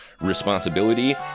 responsibility